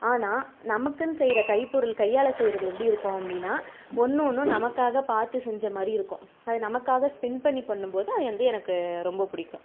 ஆனால் நமக்குனு செய்கிற கைப்பொருள் கையால் செய்கிறது எப்படி இருக்கும் அப்படினா ஒன்று ஒன்றும் நமக்காக பார்த்துச் செஞ்ச மாதிரி இருக்கும் அது நமக்காக ஸ்பெண்ட் பண்ணும்போது அது வந்து எனக்கு ரொம்ப பிடிக்கும்